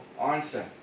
answer